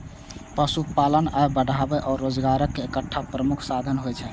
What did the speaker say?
पशुपालन आय बढ़ाबै आ रोजगारक एकटा प्रमुख साधन होइ छै